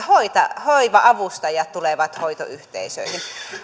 mahdollistaa että hoiva avustajat tulevat hoitoyhteisöihin